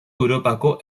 europako